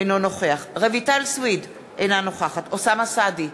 אינו נוכח רויטל סויד, אינה נוכחת אוסאמה סעדי,